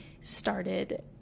started